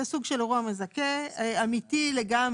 זה סוג של אירוע מזכה אמיתי לגמרי.